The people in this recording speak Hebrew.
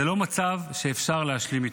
זה לא מצב שאפשר להשלים איתו.